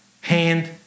hand